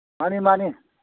ꯃꯥꯅꯤ ꯃꯥꯅꯤ